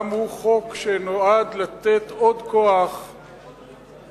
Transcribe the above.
גם הוא חוק שנועד לתת עוד כוח למערכת.